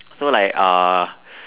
so like uh